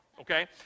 Okay